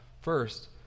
First